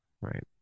Right